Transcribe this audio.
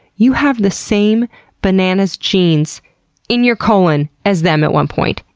you have the same banana's genes in your colon as them at one point.